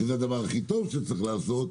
שזה הדבר הכי טוב שצריך לעשות,